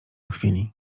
chwili